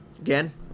again